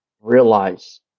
realize